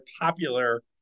popular